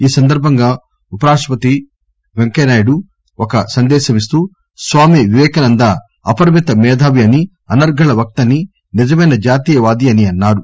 ఈ సందర్బంగా ఉపరాష్టపతి వెంకయ్యనాయుడు ఒక సందేశమిస్తూ స్వామి వివేకానంద అపరిమిత మేధావి అని అనర్గళ వక్త అని నిజమైన జాతీయ వాది అని అన్నారు